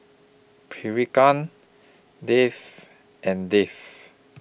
Priyanka Dev and Dev